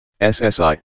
SSI